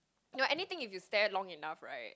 no anything if you stared it long enough right